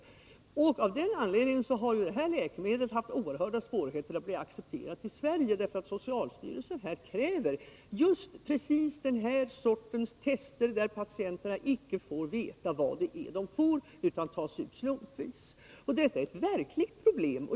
Av den anledningen har dessa läkemedel haft oerhörda svårigheter att bli accepterade i Sverige, därför att socialstyrelsen kräver just precis den här sortens tester, där patienterna icke får veta vad det är de får utan tas ut slumpvis. Detta är ett verkligt problem.